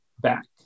back